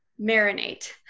marinate